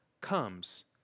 comes